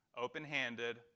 open-handed